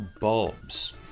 bulbs